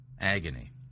Agony